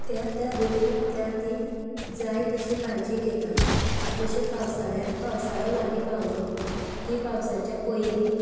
त्या त्या रुतू त्या ती जाय तशी काळजी घेतात जशे पावसाळ्यात पावसाळो लागीं पावलो की पावसाच्या पयलीं